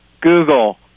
Google